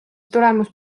tulemus